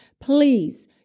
please